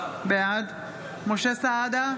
בעד משה סעדה,